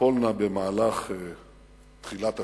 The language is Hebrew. תיפולנה במהלך תחילת השנה,